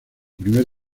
primer